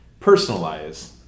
personalize